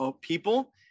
people